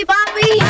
Bobby